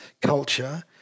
culture